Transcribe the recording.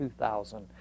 2000